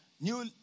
New